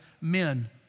men